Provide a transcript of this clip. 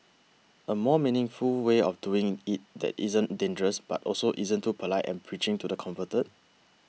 a more meaningful way of doing it that isn't dangerous but also isn't too polite and preaching to the converted